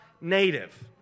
native